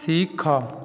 ଶିଖ